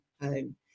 home